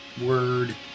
word